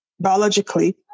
biologically